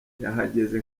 yahageze